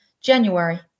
January